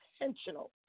intentional